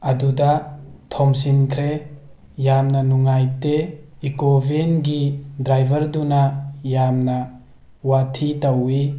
ꯑꯗꯨꯗ ꯊꯣꯝꯖꯤꯟꯈ꯭ꯔꯦ ꯌꯥꯝꯅ ꯅꯨꯡꯉꯥꯏꯇꯦ ꯏꯀꯣ ꯚꯦꯟꯒꯤ ꯗ꯭ꯔꯥꯏꯚꯔꯗꯨꯅ ꯌꯥꯝꯅ ꯋꯥꯊꯤ ꯇꯧꯋꯤ